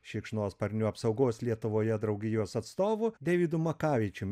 šikšnosparnių apsaugos lietuvoje draugijos atstovu deividu makavičiumi